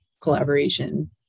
Collaboration